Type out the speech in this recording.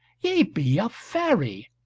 ye be a fairy,